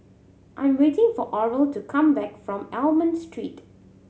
I am waiting for Oral to come back from Almond Street